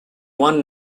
one